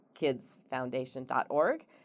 kidsfoundation.org